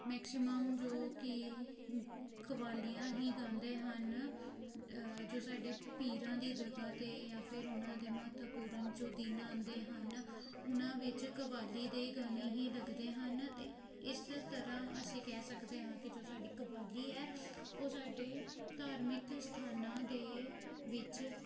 maximum ਜੋ ਕਿ ਕਵਾਲੀਆਂ ਹੀ ਗਾਉਂਦੇ ਹਨ ਜੋ ਸਾਡੇ ਪੀਰਾਂ ਦੀ ਜਗ੍ਹਾ 'ਤੇ ਜਾਂ ਫਿਰ ਉਹਨਾਂ ਦੇ ਮਹੱਤਵਪੂਰਨ ਜੋ ਦਿਨ ਆਉਂਦੇ ਹਨ ਉਹਨਾਂ ਵਿੱਚ ਕਵਾਲੀ ਦੇ ਗਾਣੇ ਹੀ ਲੱਗਦੇ ਹਨ ਅਤੇ ਇਸ ਤਰ੍ਹਾਂ ਅਸੀਂ ਕਹਿ ਸਕਦੇ ਹਾਂ ਕਿ ਜੋ ਸਾਡੀ ਕਵਾਲੀ ਹੈ ਉਹ ਸਾਡੇ ਧਾਰਮਿਕ ਅਸਥਾਨਾਂ ਦੇ ਵਿੱਚ